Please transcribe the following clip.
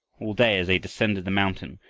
all day, as they descended the mountain,